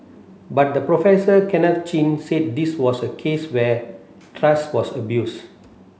but the Professor Kenneth Chin said this was a case where trust was abused